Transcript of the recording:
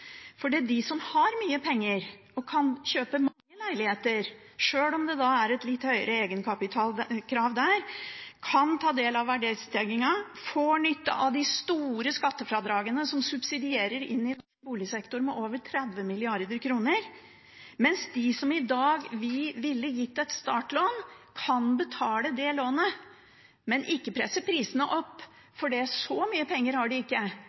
For det er de som har mye penger og kan kjøpe mange leiligheter, sjøl om det er litt høyere egenkapitalkrav der, og kan ta del i verdistigningen, som får nytte av de store skattefradragene som subsidieres inn i boligsektoren, med over 30 mrd. kr, mens de som vi i dag ville gitt et startlån, kan betale det lånet, men ikke presse prisene opp, for så mye penger har de ikke,